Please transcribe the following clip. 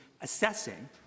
assessing